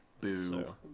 Boo